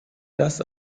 das